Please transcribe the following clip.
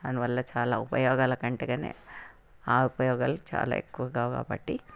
దానివల్ల చాలా ఉపయోగాల కంటే కన్నా ఆ ఉపయోగాలు చాలా ఎక్కువ కాబట్టి